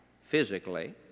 physically